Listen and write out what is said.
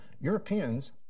Europeans